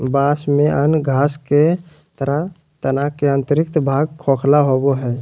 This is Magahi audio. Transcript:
बाँस में अन्य घास के तरह तना के आंतरिक भाग खोखला होबो हइ